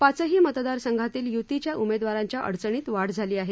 पाचही मतदारसंघातील य्तीच्या उमेदवारांच्या अडचणीत वाढ झाली आहे